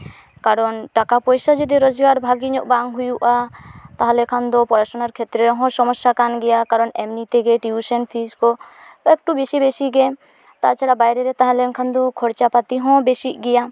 ᱠᱟᱨᱚᱱ ᱴᱟᱠᱟ ᱯᱚᱭᱥᱟ ᱡᱩᱫᱤ ᱨᱳᱡᱜᱟᱨ ᱵᱷᱟᱜᱮ ᱧᱚᱜ ᱵᱟᱝ ᱦᱩᱭᱩᱜᱼᱟ ᱛᱟᱦᱚᱞᱮ ᱠᱷᱟᱱ ᱫᱚ ᱯᱚᱲᱟᱥᱩᱱᱟᱨ ᱠᱷᱮᱛᱨᱮ ᱦᱚᱸ ᱥᱚᱢᱚᱥᱥᱟ ᱠᱟᱱ ᱜᱮᱭᱟ ᱠᱟᱨᱚᱱ ᱮᱢᱱᱤ ᱛᱮᱜᱮ ᱴᱤᱭᱩᱥᱮᱱ ᱯᱷᱤᱡᱽ ᱠᱚ ᱮᱠᱴᱩ ᱵᱮᱥᱤ ᱵᱮᱥᱤ ᱜᱮ ᱛᱟᱪᱷᱟᱲᱟ ᱵᱟᱭᱨᱮ ᱨᱮ ᱛᱟᱦᱮᱞᱮᱱ ᱠᱷᱟᱱ ᱫᱚ ᱠᱷᱚᱨᱪᱟ ᱯᱟᱛᱤ ᱦᱚᱸ ᱵᱮᱥᱤᱜ ᱜᱮᱭᱟ